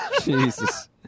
Jesus